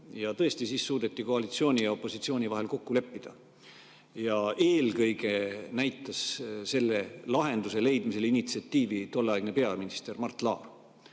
Tõesti, siis suutsid koalitsioon ja opositsioon kokku leppida. Ja eelkõige näitas selle lahenduse leidmisel initsiatiivi tolleaegne peaminister Mart Laar.